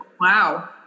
Wow